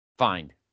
find